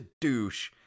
douche